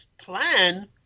plan